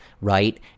right